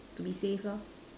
to be safe